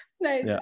Nice